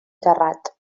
terrat